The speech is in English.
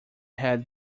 had